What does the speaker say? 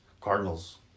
cardinals